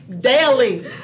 Daily